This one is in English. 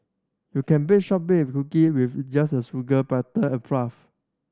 you can bake shortbread cookie with just with sugar butter and